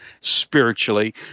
spiritually